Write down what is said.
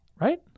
Right